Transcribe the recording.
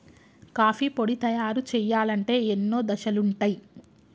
coffee పొడి తయారు చేయాలంటే ఎన్నో దశలుంటయ్